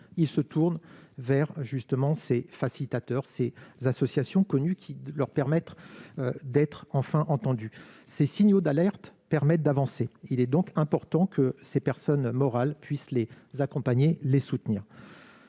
se tourner vers des facilitateurs, ces associations très connues qui leur permettent d'être enfin entendus. Ces signaux d'alerte permettent d'avancer : il est par conséquent indispensable que des personnes morales puissent les accompagner et les soutenir.